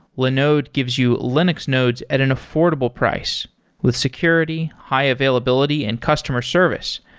linode gives you linux nodes at an affordable price with security, high-availability and customer service.